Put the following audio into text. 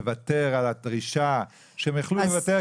לוותר על הדרישה שהם יכלו לדרוש